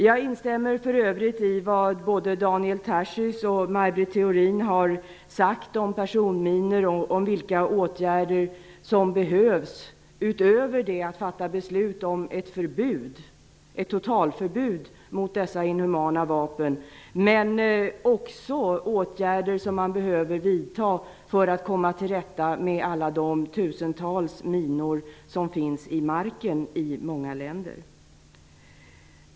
Jag instämmer för övrigt i vad både Daniel Tarschys och Maj Britt Theorin har sagt om personminor och vilka åtgärder som behövs utöver att fatta beslut om ett totalförbud mot dessa inhumana vapen. Det behöver också vidtas åtgärder för att komma till rätta med alla de tusentals minor som finns i marken i många länder.